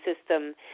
system